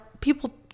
people